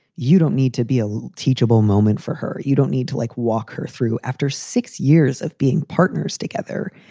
you don't need to be a teachable moment for her. you don't need to, like, walk her through after six years of being partners together.